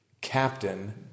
Captain